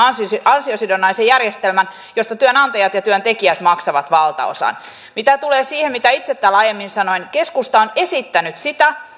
ansiosidonnaisen järjestelmän josta työnantajat ja työntekijät maksavat valtaosan mitä tulee siihen mitä itse täällä aiemmin sanoin keskusta on esittänyt sitä